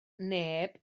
neb